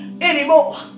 anymore